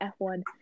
F1